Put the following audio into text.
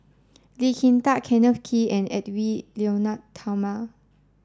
Lee Kin Tat Kenneth Kee and Edwy Lyonet Talma